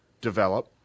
develop